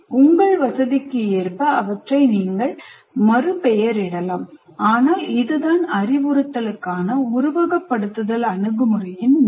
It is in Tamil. உங்கள் வசதிக்கு ஏற்ப அவற்றை நீங்கள் மறுபெயரிடலாம் ஆனால் இதுதான் அறிவுறுத்தலுக்கான உருவகப்படுத்துதல் அணுகுமுறையின் நோக்கம்